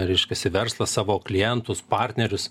reiškiasi verslas savo klientus partnerius